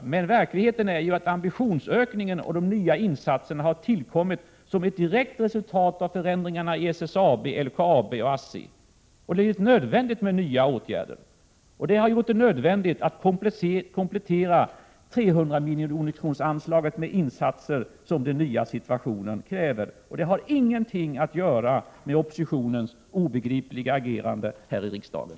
Verkligheten är emellertid att ökningen av ambitionsnivån och de nya insatserna har tillkommit som ett direkt resultat av förändringarna inom SSAB, LKAB och ASSI. Det är nödvändigt med nya åtgärder. Det har blivit nödvändigt att komplettera anslaget på 300 milj.kr. med insatser som den nya situationen kräver. Det har inget att göra med oppositionens obegripliga agerande här i riksdagen.